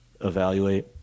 evaluate